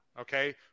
okay